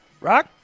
Rock